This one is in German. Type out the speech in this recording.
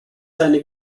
seine